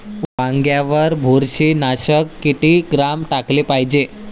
वांग्यावर बुरशी नाशक किती ग्राम टाकाले पायजे?